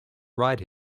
ride